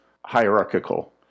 hierarchical